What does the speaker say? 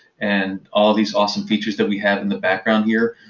and all these awesome features that we have in the background here,